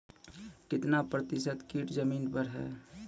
कितना प्रतिसत कीट जमीन पर हैं?